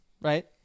right